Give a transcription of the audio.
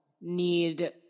need